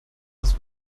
das